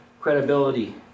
credibility